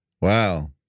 Wow